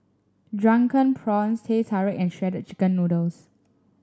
Drunken Prawns Teh Tarik and Shredded Chicken Noodles